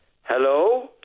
Hello